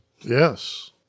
Yes